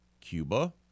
Cuba